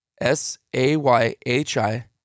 S-A-Y-H-I